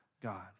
God